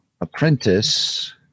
apprentice